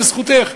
זו זכותך.